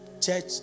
Church